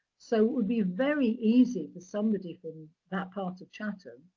so, it would be very easy for somebody from that part of chatham,